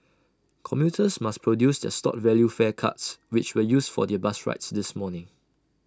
commuters must produce their stored value fare cards which were used for their bus rides this morning